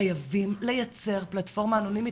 חייבים לייצר פלטפורמה אנונימית,